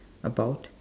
about